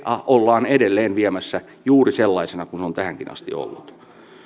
ollaan edelleen viemässä juuri sellaisena kuin se on tähänkin asti ollut